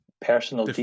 personal